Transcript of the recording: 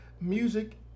music